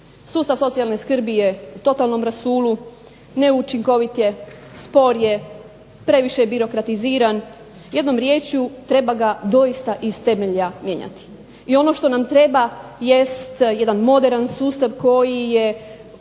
Sustav socijalne skrbi je u totalnom rasulu, neučinkovit je, spor je, previše je birokratiziran, jednom rječju treba ga doista iz temelja mijenjati. I ono što nam treba jest jedan moderan sustav koji je